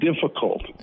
difficult